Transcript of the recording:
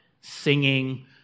singing